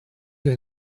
you